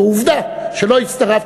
עובדה שלא הצטרפת,